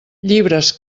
llibres